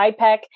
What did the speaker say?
IPEC